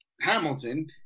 Hamilton